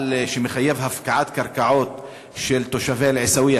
מה שמחייב הפקעת קרקעות של תושבי עיסאוויה,